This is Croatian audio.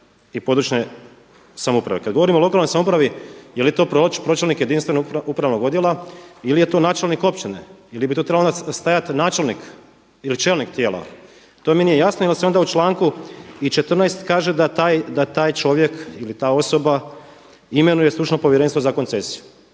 i područne samouprave. Kada govorimo o lokalnoj samoupravi, jeli to pročelnik jedinstvenog upravnog odjela ili je to načelnik općine ili bi tu trebalo onda stajati načelnik ili čelnik tijela? To mi nije jasno. Onda se u članku 14. kaže da taj čovjek ili ta osoba imenuje stručno povjerenstvo za koncesiju.